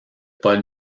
paul